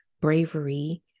bravery